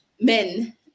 Men